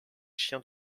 chiens